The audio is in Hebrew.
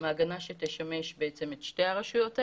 מעגנה שתשמש את שתי הרשויות האלה.